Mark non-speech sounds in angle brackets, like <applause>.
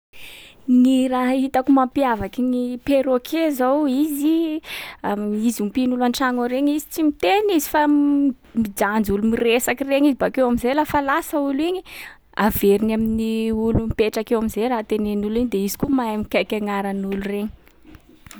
Ny raha hitako mampiavaky gny perroquet zao, izy- <hesitation> izy ompin’olo an-tragno regny izy, tsy miteny izy fa m- mijanjy olo miresaka regny izy. Bakeo am'zay lafa lasa olo igny, averiny amin’ny olo mipetraka eo am'zay raha tenenin’olo iny. De izy koa mahay mikaiky agnaran’olo regny.